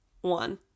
one